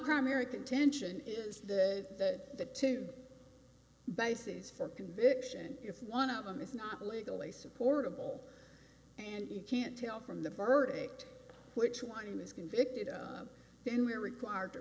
primary contention is that the two bases for conviction if one of them is not legally supportable and you can't tell from the verdict which one is convicted then we are required to